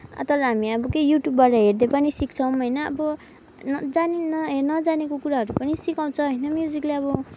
तर हामी अब के युट्युबबाट हेर्दै पनि सिक्छौँ होइन अब जानिँदैन नजानेको कुराहरू पनि सिकाउँछ होइन म्युजिकले अब